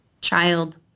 child